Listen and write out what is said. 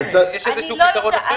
יש פתרון אחר?